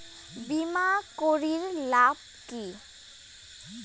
বিমা করির লাভ কি?